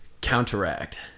counteract